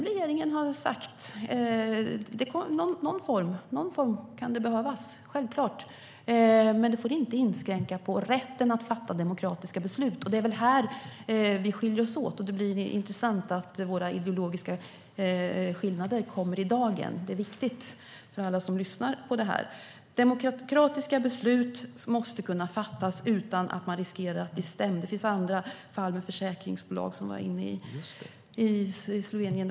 Regeringen har sagt att det kan behövas i någon form men att det inte får inskränka på rätten att fatta demokratiska beslut. Här skiljer vi oss åt, Hans Rothenberg. Det är intressant att våra ideologiska skillnader kommer i dagen. Det är viktigt för alla som lyssnar på detta. Demokratiska beslut måste kunna fattas utan att man riskerar att bli stämd. Det finns andra fall, till exempel med försäkringsbolag i Slovenien.